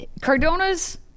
Cardona's